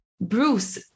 Bruce